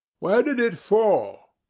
where did it fall?